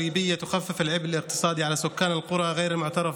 הכלכלי על תושבי הכפרים הבלתי-מוכרים,